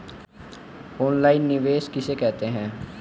Online निवेश किसे कहते हैं?